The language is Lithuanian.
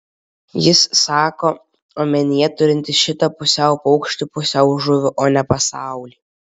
jis sako omenyje turintis šitą pusiau paukštį pusiau žuvį o ne pasaulį